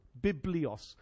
Biblios